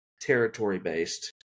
territory-based